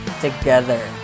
together